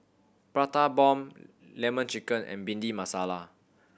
Prata Bomb Lemon Chicken and Bhindi Masala